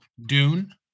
Dune